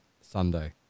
Sunday